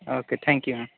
okay thank you ma'am